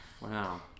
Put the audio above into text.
Wow